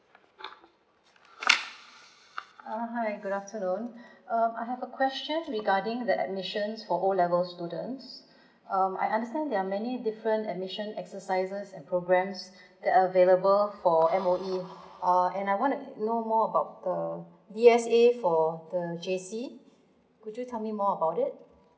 uh hi good afternoon uh I have a question regarding the admissions for O level students um I understand there are many different admission exercises and programs that are available for M_O_E uh and I want to know more about the D_S_A for the J_C could you tell me more about it